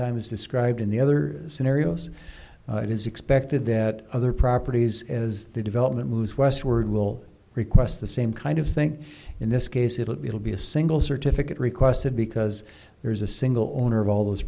time as described in the other scenarios it is expected that other properties as the development moves westward will request the same kind of thing in this case it will be a single certificate requested because there is a single owner of all those